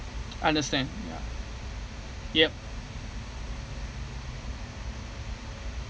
understand ya yup